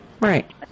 Right